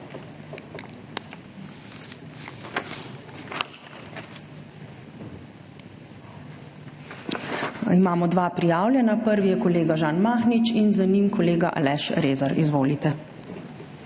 Imamo dva prijavljena, prvi je kolega Žan Mahnič in za njim kolega Aleš Rezar. Izvolite.